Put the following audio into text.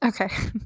Okay